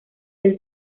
del